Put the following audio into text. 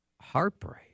heartbreak